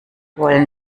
wollen